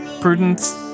Prudence